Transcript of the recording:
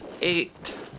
eight